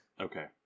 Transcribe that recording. Okay